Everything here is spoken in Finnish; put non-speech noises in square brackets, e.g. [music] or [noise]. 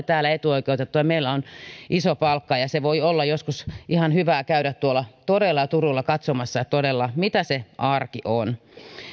[unintelligible] täällä etuoikeutettuja meillä on iso palkka ja voi olla joskus ihan hyvä käydä tuolla toreilla ja turuilla katsomassa todella mitä se arki on